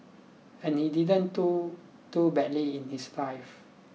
and he didn't do too badly in his life